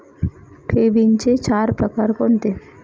ठेवींचे चार प्रकार कोणते?